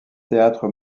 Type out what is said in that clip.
théâtre